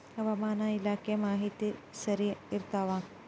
ಹವಾಮಾನ ಇಲಾಖೆ ಮಾಹಿತಿ ಸರಿ ಇರ್ತವ?